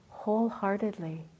wholeheartedly